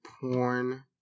porn